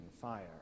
fire